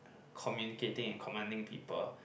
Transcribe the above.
communicating and commanding people